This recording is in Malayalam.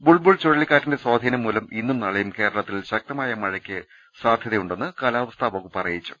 ബുൾബുൾ ചുഴലിക്കാറ്റിന്റെ സ്വാധീനം മൂലം ഇന്നും നാളെയും കേരളത്തിൽ ശക്തമായ മഴക്ക് സാധൃതയുണ്ടെന്ന് കാലാ വസ്ഥാ വകുപ്പ് അറിയിച്ചു